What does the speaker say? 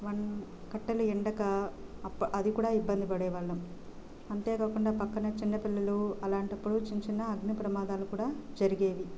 వ కట్టెలు ఎండక అప్ అది కూడా ఇబ్బంది పడేవాళ్ళం అంతే కాకుండా పక్కన చిన్నపిల్లలు అలాంటప్పుడు చిన్న చిన్న అగ్ని ప్రమాదాలు కూడా జరిగేవి